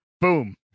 Boom